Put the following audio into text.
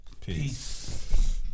Peace